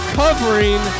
covering